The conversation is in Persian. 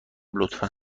لطفا